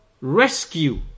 rescue